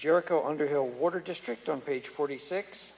jericho underhill water district on page forty six